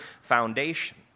foundation